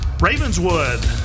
Ravenswood